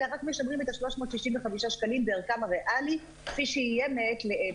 אלא רק משמרים את 365 השקלים בערכם הריאלי כפי שיהיה מעת לעת.